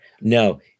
No